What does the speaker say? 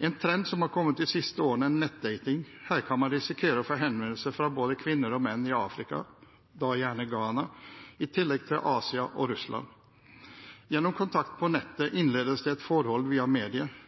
En trend som har kommet de siste årene, er nettdating. Her kan man risikere å få henvendelser fra både kvinner og menn i Afrika, da gjerne Ghana, i tillegg til Asia og Russland. Gjennom kontakt på nettet innledes det et forhold via